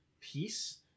piece